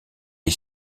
est